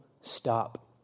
stop